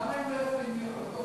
למה הם לא יכולים להיות בתוך